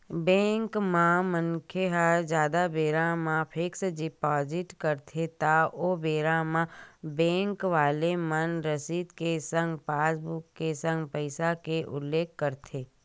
bank म मनखे ह जादा बेरा बर फिक्स डिपोजिट करथे त ओ बेरा म बेंक वाले मन रसीद के संग पासबुक के संग पइसा के उल्लेख करथे